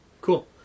cool